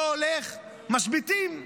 אם לא הולך, משביתים.